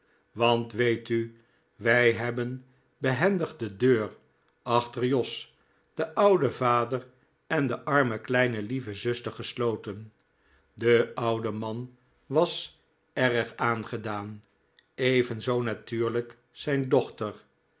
want weet u wij hebben behendig de deur aehter jos den ouden vader en de arme kleine lieve zuster gesloten de oude man was erg aangedaan evenzoo natuurlijk zijn dochter